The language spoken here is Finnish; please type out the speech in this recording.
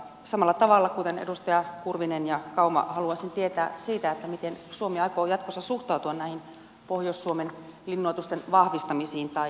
samalla tavalla kuten edustajat kurvinen ja kauma haluaisin tietää siitä miten suomi aikoo jatkossa suhtautua näihin pohjois suomen linnoitusten vahvistamisiin tai ilmatilaloukkauksiin